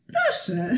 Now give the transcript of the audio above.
Proszę